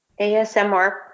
ASMR